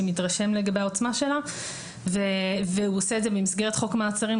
שמתרשם לגבי העוצמה שלה והוא עושה את זה במסגרת חוק מעצרים.